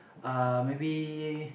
uh maybe